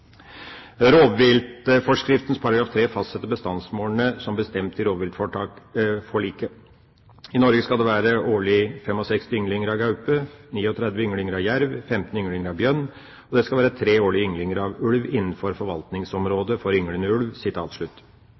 Rovviltforskriftens § 3 fastsetter bestandsmålene som bestemt i rovviltforliket. Der står det: «I Norge skal det årlig være 65 ynglinger av gaupe, 39 ynglinger av jerv, 15 ynglinger av bjørn. Det skal være 3 årlige ynglinger av ulv innenfor forvaltningsområdet for ynglende ulv».